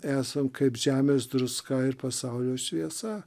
esam kaip žemės druska ir pasaulio šviesa